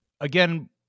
again